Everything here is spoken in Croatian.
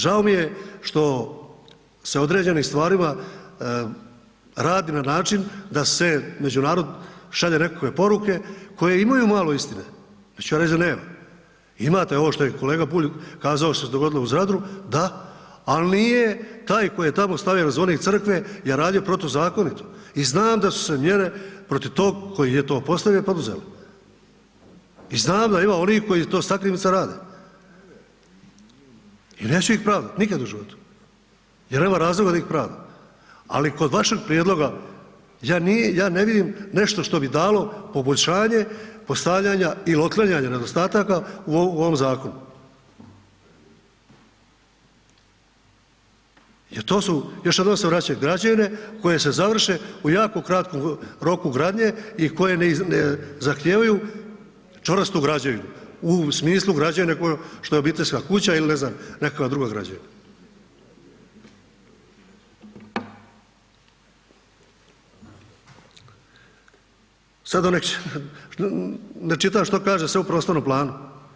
Žao mi je što se određenim stvarima radi na način da se među narod šalju nekakve poruke koje imaju malo istine, neću ja reći da nema, imate ovo što je kolega Bulj kazao što se dogodilo u Zadru da, al nije taj koji je tamo stavljao zvonik crkve je radio protuzakonito i znam da su se mjere protiv tog koji je to postavio, poduzele i znam da ima onih koji to sakrimice rade i neću ih pravdat nikad u životu jer nema razloga da ih pravdam, ali kod vašega prijedloga ja ne vidim nešto što bi dalo poboljšanje postavljanja ili otklanjanja nedostataka u ovom zakonu jer to su, još jednom se vraćam, građevine koje se završe u jako kratkom roku gradnje i koje ne zahtijevaju čvrstu građevinu u smislu građevine što je obiteljska kuća ili ne znam, nekakva druga građevina. … [[Govornik se ne razumije]] ne čitam što kaže sve u prostornom planu.